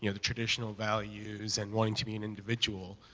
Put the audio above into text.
you know the traditional values and wanting to be an individual,